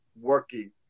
working